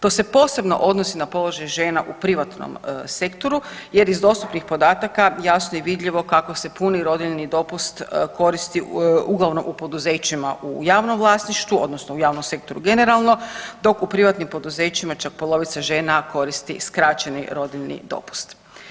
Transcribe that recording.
To se posebno odnosi na položaj žena u privatnom sektoru, jer iz dostupnih podataka jasno je vidljivo kako se puni rodiljni dopusti koristi uglavnom u poduzećima u javnom vlasništvu, odnosno u javnom sektoru generalno dok u privatnim poduzećima čak polovica žena koristi skraćeni rodiljni dopust.